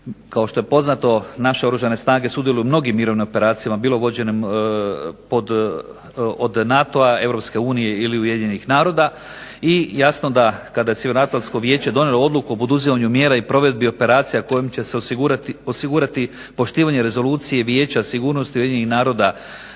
Kao što je poznato naše Oružane snage sudjeluju u mnogim mirovnim operacijama bilo vođenim od NATO-a, EU-a ili UN-a i jasno da kada je Sjevernoatlantsko vijeće donijelo odluku o poduzimanju mjera i provedbi operacija kojim će se osigurati poštivanje rezolucije Vijeća sigurnosti UN-a broj